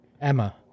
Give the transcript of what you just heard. Emma